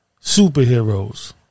superheroes